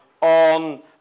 on